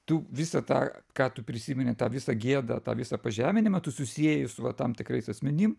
tu visą tą ką tu prisimeni tą visą gėdą tą visą pažeminimą tu susieji su va tam tikrais asmenim